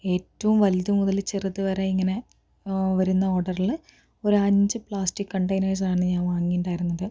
ഏറ്റവും വലുതു മുതൽ ചെറുത് വരെ ഇങ്ങനെ വരുന്ന ഓർഡറില് ഒരു അഞ്ച് പ്ലാസ്റ്റിക് കണ്ടൈനേഴ്സ് ആണ് ഞാൻ വാങ്ങിയിട്ടുണ്ടായിരുന്നത്